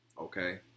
Okay